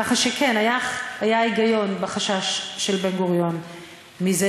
ככה שכן היה היגיון בחשש של בן-גוריון מזה